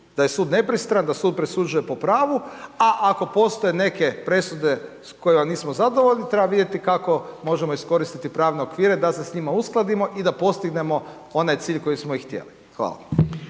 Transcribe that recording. da je sud nepristran, da sud presuđuje po pravu, a ako postoje neke presude s kojima nismo zadovoljni, treba vidjeti kako možemo iskoristiti pravne okvire da se s njima uskladimo i da postignemo onaj cilj koji smo i htjeli, hvala.